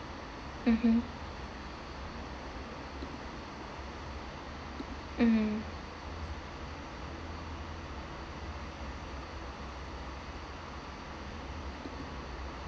mmhmm mmhmm